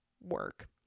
work